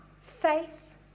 faith